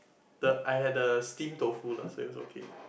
the I had the steamed tofu lah so it was okay